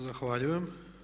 Zahvaljujem.